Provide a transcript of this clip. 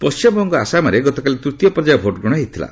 ପଶ୍ଚିମବଙ୍ଗ ଓ ଆସାମରେ ଗତକାଲି ତୃତୀୟ ପର୍ଯ୍ୟାୟ ଭୋଟଗ୍ରହଣ ହୋଇଥିଲା